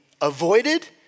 avoided